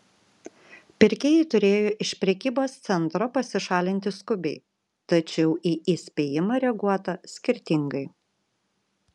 pirkėjai turėjo iš prekybos centro pasišalinti skubiai tačiau į įspėjimą reaguota skirtingai